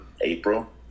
April